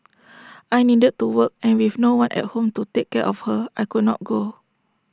I needed to work and with no one at home to take care of her I could not go